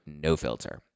NOFILTER